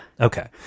Okay